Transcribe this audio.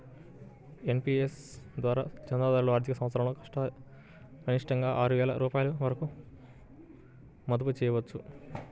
NPS ద్వారా చందాదారులు ఆర్థిక సంవత్సరంలో కనిష్టంగా ఆరు వేల రూపాయల వరకు మదుపు చేయవచ్చు